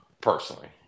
personally